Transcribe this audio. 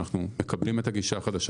אנחנו מקבלים את הגישה החדשה.